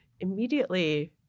immediately